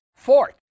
Fourth